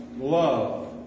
Love